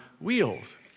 Wheels